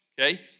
okay